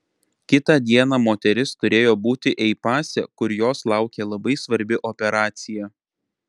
kitą dieną moteris turėjo būti ei pase kur jos laukė labai svarbi operacija